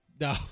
no